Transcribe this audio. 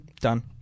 Done